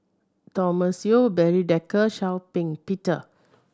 Thomas Yeo Barry Desker Shau Ping Peter